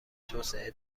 توسعه